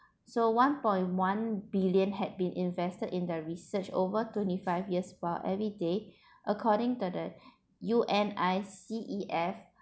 so one point one billion had been invested in the research over twenty five years while every day according to the U N I C E F